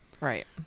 Right